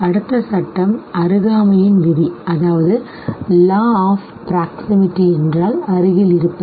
அடுத்த சட்டம் அருகாமையின்விதி அருகாமை என்றால் அருகில் இருப்பது